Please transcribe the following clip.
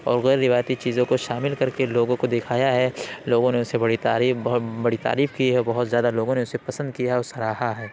اور غیر روایتی چیزوں کو شامل کر کے لوگوں کو دکھایا ہے لوگوں نے اسے بڑی تعریف بہت بڑی تعریف کی ہے اور بہت زیادہ لوگوں نے اسے پسند کیا اور سراہا ہے